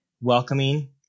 welcoming